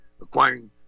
acquiring